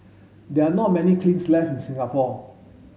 there are not many kilns left in Singapore